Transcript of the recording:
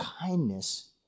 kindness